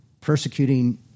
persecuting